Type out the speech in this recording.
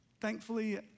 thankfully